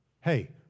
Hey